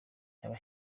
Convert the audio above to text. yaba